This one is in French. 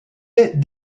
est